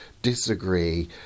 Disagree